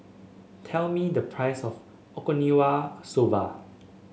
tell me the price of Okinawa Soba